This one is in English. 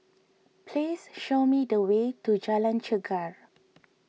please show me the way to Jalan Chegar